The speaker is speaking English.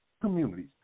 communities